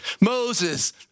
Moses